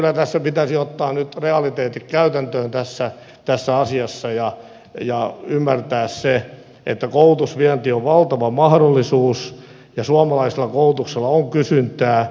kyllä pitäisi ottaa nyt realiteetit käytäntöön tässä asiassa ja ymmärtää se että koulutusvienti on valtava mahdollisuus ja suomalaisella koulutuksella on kysyntää